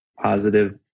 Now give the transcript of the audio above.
positive